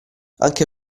anche